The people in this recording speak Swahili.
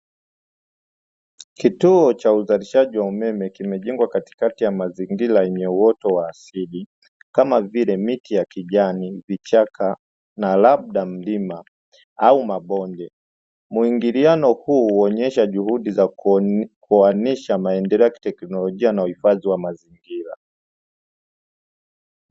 Kituo cha uzalishaji cha umeme kimejengwa katikati ya mazingira yenye uoto wa asili kama vile miti ya kijani, vichaka, na labda mlima au mabonde. Muingiliano huu huonyesha juhudi za kuoanisha maendeleo ya kiteknolojia na uhifadhi wa mazingira.